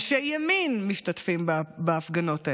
אנשי ימין משתתפים בהפגנות האלה,